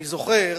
אני זוכר,